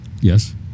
Yes